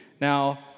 Now